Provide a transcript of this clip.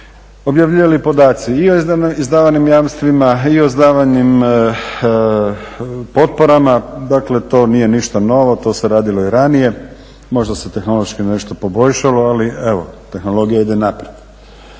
objavljivali podaci i o izdavanim jamstvima i o izdavanim potporama. Dakle, to nije ništa novo, to se radilo i ranije. Možda se tehnološki nešto poboljšalo ali evo tehnologija ide naprijed.